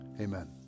amen